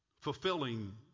Fulfilling